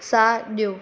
साॼो